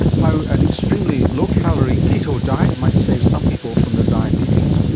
how an extremely low calorie keto diet might save some people from their diabetes,